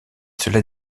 cela